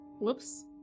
Whoops